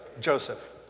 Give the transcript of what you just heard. Joseph